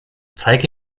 zeige